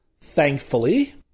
thankfully